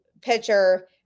pitcher